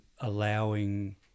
allowing